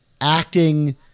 acting